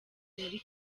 muri